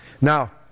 Now